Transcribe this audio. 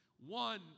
one